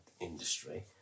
industry